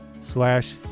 slash